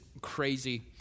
crazy